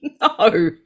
no